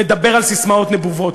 לדבר על ססמאות נבובות,